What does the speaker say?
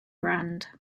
brand